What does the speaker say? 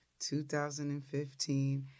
2015